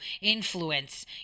influence